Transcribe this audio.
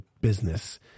business